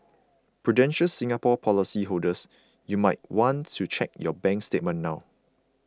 prudential Singapore policyholders you might want to check your bank statement now